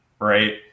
right